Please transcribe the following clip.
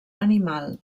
animal